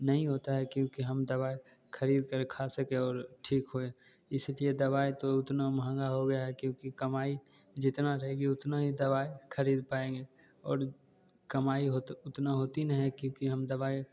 नहीं होती है क्योंकि हम दवाई ख़रीद कर खा सकें और ठीक होएं इसलिए दवाई तो उतनी महँगी हो गई है क्योंकि कमाई जितनी रहेगी उतनी ही दवाई ख़रीद पाएंगे और कमाई होती उतनी होती नहीं है क्योंकि हम दवाई